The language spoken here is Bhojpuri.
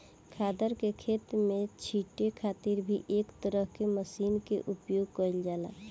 खादर के खेत में छींटे खातिर भी एक तरह के मशीन के उपयोग कईल जाला